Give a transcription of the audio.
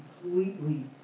completely